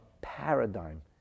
paradigm